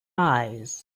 eyes